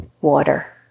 water